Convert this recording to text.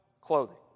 clothing